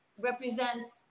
represents